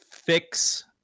fix